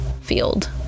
field